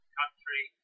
country